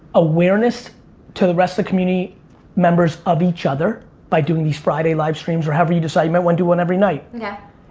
awareness to the rest of community members of each other by doing these friday livestreams or however you decide. you might wanna do one every night. yeah